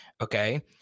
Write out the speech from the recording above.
okay